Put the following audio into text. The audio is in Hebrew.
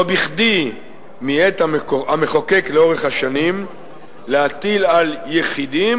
לא בכדי מיעט המחוקק לאורך השנים להטיל על יחידים